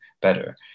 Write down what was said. better